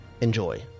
Enjoy